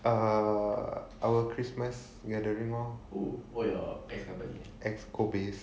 err our christmas gathering lor exco base